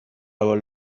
are